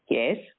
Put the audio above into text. Yes